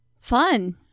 Fun